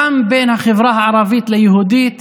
גם בין החברה הערבית ליהודית